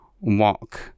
walk